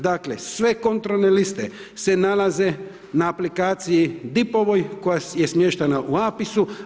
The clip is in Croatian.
Dakle, sve kontrolne liste se nalaze na aplikaciji DIP-ovoj, koja se smještena u APIS-u.